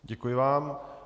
Děkuji vám.